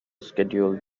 schedule